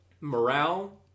morale